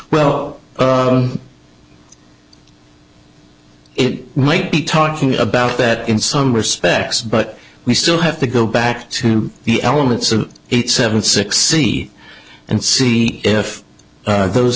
well it might be talking about that in some respects but we still have to go back to the elements of eight seven six see and see if those